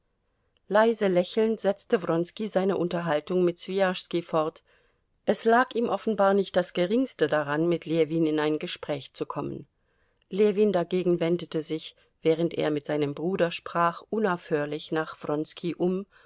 leise lächelnd setzte wronski seine unterhaltung mit swijaschski fort es lag ihm offenbar nicht das geringste daran mit ljewin in ein gespräch zu kommen ljewin dagegen wendete sich während er mit seinem bruder sprach unaufhörlich nach wronski um